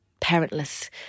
parentless